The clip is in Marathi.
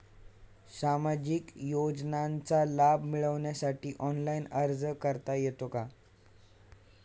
सामाजिक योजनांचा लाभ मिळवण्यासाठी ऑनलाइन अर्ज करता येतो का?